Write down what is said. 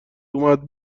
اومد